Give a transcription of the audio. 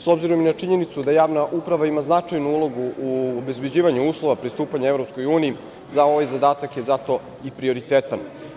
S obzirom na činjenicu da javna uprava ima značajnu ulogu u obezbeđivanju uslova pri stupanju EU, za ovaj zadatak zato je i prioritetan.